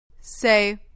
Say